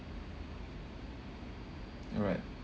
alright